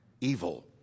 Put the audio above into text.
Evil